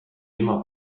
immer